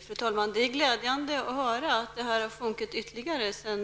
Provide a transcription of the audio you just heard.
Fru talman! Det är glädjande att höra att andelen har sjunkit ytterligare sedan